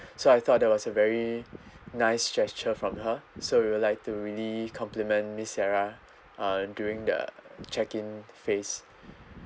I thought that was a very nice gesture from her so we would like to really compliment miss sarah uh during that check in phase